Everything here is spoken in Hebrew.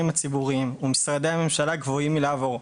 הציבוריים ומשרדי הממשלה גבוהים מלעבור.